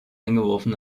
eingeworfen